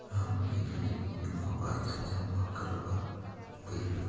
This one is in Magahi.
हम बिजली बिल मोबाईल से जमा करवा देहियै?